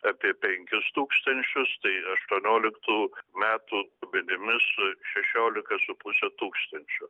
apie penkis tūkstančius tai aštuonioliktų metų duomenimis šešiolika su puse tūkstančių